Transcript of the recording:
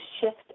shift